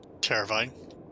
terrifying